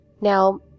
Now